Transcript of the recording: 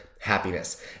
happiness